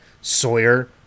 Sawyer